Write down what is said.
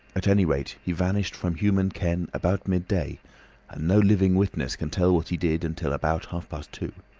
at any rate he vanished from human ken about midday, and no living witness can tell what he did until about half-past two.